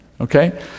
okay